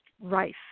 rife